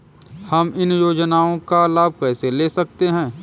हम इन योजनाओं का लाभ कैसे ले सकते हैं?